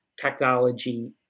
technology